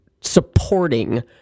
supporting